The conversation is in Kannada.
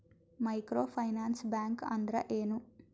ಮೈಕ್ರೋ ಫೈನಾನ್ಸ್ ಬ್ಯಾಂಕ್ ಅಂದ್ರ ಏನು?